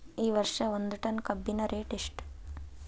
ಈ ವರ್ಷ ಒಂದ್ ಟನ್ ಕಬ್ಬಿನ ರೇಟ್ ಎಷ್ಟು?